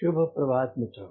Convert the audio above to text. शुभ प्रभात मित्रों